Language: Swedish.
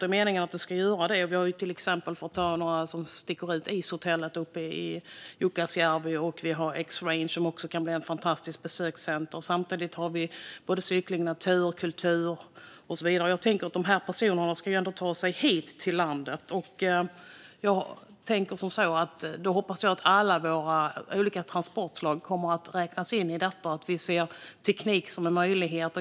Det är meningen att det ska göra det. Några som sticker ut är ishotellet uppe i Jukkasjärvi och Esrange, som också kan bli ett fantastiskt besökscenter. Vidare har vi cykling, natur, kultur och så vidare. De här personerna ska ju ta sig hit till landet. Jag hoppas därför att alla olika transportslag kommer att räknas in i det här och att vi ser teknik som en möjlighet.